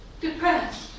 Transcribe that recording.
Depressed